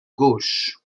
gauche